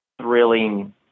thrilling